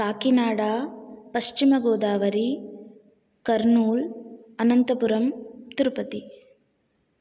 Kakinada Paschim Godavari Kurnool Anantapuram Tirupati